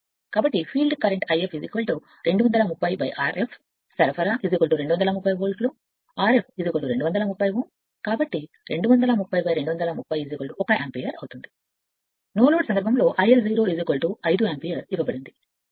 కాబట్టి field current If 230 Rf ఉంటే 230 సరఫరా 230 Ω Rf కాబట్టి 230230 1 యాంపియర్ కాబట్టి IL 0 కి 5 యాంపియర్ ఇవ్వబడుతుంది ఎందుకంటే ఇక్కడ అది నోలోడ్ ఇవ్వబడుతుంది మరియు 5 యాంపియర్ పడుతుంది